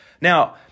Now